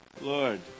Lord